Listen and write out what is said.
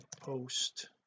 post